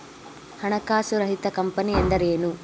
ಹಣಕಾಸು ರಹಿತ ಕಂಪನಿ ಎಂದರೇನು?